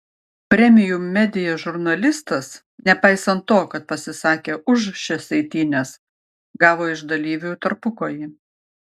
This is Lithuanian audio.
premium media žurnalistas nepaisant to kad pasisakė už šias eitynes gavo iš dalyvių į tarpukojį